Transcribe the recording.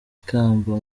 ikamba